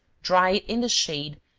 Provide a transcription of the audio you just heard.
dried in the shade,